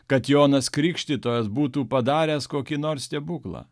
kad jonas krikštytojas būtų padaręs kokį nors stebuklą